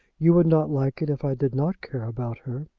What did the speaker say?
you would not like it if i did not care about her.